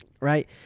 Right